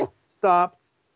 stops